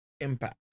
impact